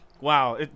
Wow